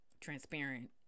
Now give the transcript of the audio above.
transparent